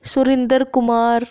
Surindra Kumar